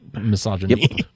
misogyny